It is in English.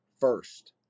first